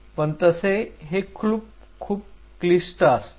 पण तसे हे खूप क्लिष्ट असते